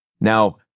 now